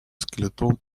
skeleton